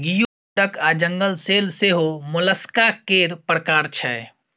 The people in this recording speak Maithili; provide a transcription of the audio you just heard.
गियो डक आ जंगल सेल सेहो मोलस्का केर प्रकार छै